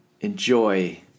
enjoy